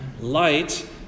light